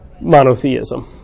monotheism